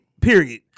Period